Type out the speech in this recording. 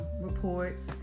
reports